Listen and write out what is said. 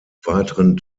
weiteren